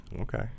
okay